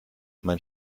mein